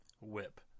Whip